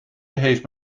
heeft